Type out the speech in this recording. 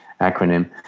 acronym